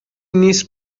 نیست